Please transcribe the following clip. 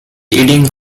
eating